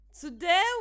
Today